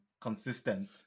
consistent